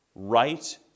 right